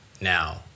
Now